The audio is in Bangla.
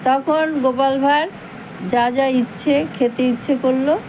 তখন গোপাল ভাঁড় যা যা ইচ্ছে খেতে ইচ্ছে করলো